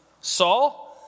Saul